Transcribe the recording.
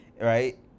right